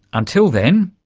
until then,